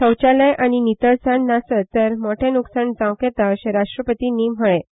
शौचालय नितळसाण नासत तर मोटे लुकसाण जावंक येता अशें राष्ट्रपतींनी म्हळें